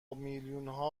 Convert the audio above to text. میلیونها